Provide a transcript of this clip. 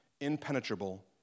impenetrable